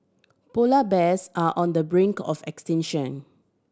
polar bears are on the brink of extinction